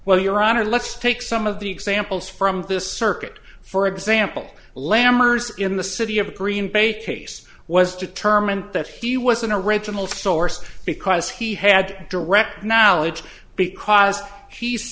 honor let's take some of the examples from this circuit for example lammers in the city of green bay case was determined that he was an original source because he had direct knowledge because she